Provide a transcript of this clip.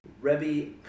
Rebbe